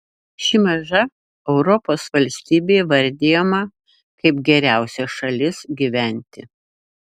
ši maža europos valstybė įvardijama kaip geriausia šalis gyventi